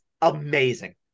amazing